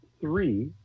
three